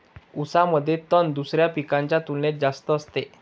ऊसामध्ये तण दुसऱ्या पिकांच्या तुलनेने जास्त असते